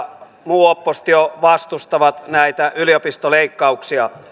muu oppositio vastustavat näitä yliopistoleikkauksia